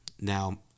Now